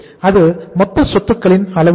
அதுவே மொத்த சொத்துக்களின் அளவு என்ன